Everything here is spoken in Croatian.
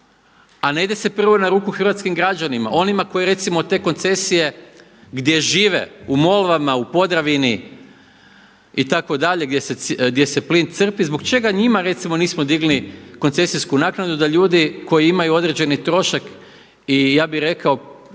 a ne ide se prvo na ruku hrvatskim građanima onima koji recimo te koncesije gdje žive u Molvama, u Podravini itd. gdje se plin crpi, zbog čega njima recimo nismo digli koncesijsku naknadu da ljudi koji imaju određeni trošak i ja bih rekao